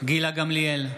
גילה גמליאל,